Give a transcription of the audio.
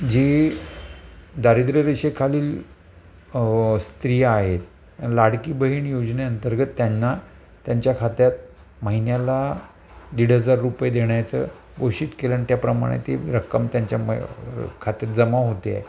जी दारिद्र रेषेखालील स्त्रिया आहेत लाडकी बहीण योजने अंतर्गत त्यांना त्यांच्या खात्यात महिन्याला दीड हजार रुपये देण्याचं घोषित केलं अन् त्याप्रमाणे ती रक्कम त्यांच्या मय खात्यात जमा होते